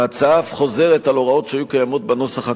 ההצעה אף חוזרת על הוראות שהיו קיימות בנוסח הקודם,